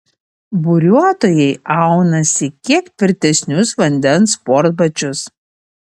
buriuotojai aunasi kiek tvirtesnius vandens sportbačius